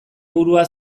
burua